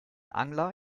angler